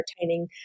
entertaining